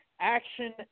Action